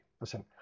Listen